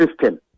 system